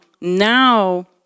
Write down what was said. now